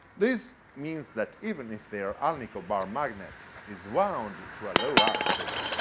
this means that even if their alnico bar magnet is wound to a low output,